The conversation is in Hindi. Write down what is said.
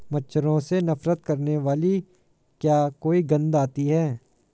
मच्छरों से नफरत करने वाली क्या कोई गंध आती है?